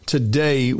Today